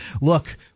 look –